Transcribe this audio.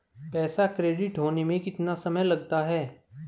पैसा क्रेडिट होने में कितना समय लगता है?